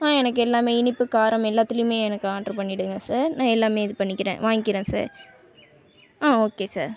ஆ எனக்கு எல்லால் இனிப்பு காரம் எல்லாத்திலேயுமே எனக்கு ஆர்ட்ரு பண்ணிடுங்க சார் நான் எல்லாம் இது பண்ணிக்கிறேன் வாங்கிக்கிறேன் சார் ஆ ஓகே சார்